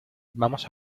vamos